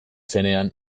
zenean